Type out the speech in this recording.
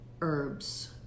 herbs